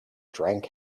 drank